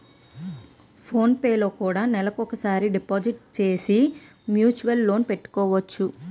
phone పేలో కూడా నెలకోసారి డిపాజిట్లు సేసి మ్యూచువల్ లోన్ పెట్టొచ్చు